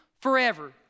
forever